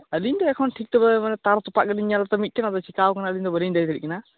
ᱟᱞᱤᱧ ᱫᱚ ᱮᱠᱷᱚᱱ ᱴᱷᱤᱠ ᱫᱚ ᱮᱠᱷᱚᱱ ᱛᱟᱨ ᱛᱚᱯᱟᱜ ᱜᱤᱞᱤᱧ ᱧᱮᱞ ᱮᱫᱟ ᱢᱤᱫ ᱴᱮᱱ ᱟᱫᱚ ᱪᱤᱠᱟ ᱟᱠᱟᱱᱟ ᱟᱞᱤᱧ ᱫᱚ ᱵᱟᱞᱤᱧ ᱞᱟᱹᱭ ᱫᱟᱲᱮᱭᱟᱜ ᱠᱟᱱᱟ